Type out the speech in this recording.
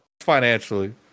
financially